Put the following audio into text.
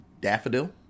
daffodil